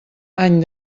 any